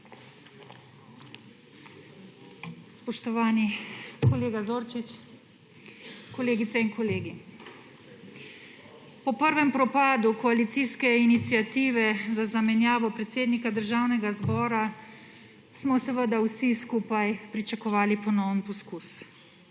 Spoštovani kolega Zorčič! Kolegice in kolegi! Po prvem propadu koalicijske iniciative za zamenjavo predsednika Državnega zbora smo seveda vsi skupaj pričakovali ponoven poskus.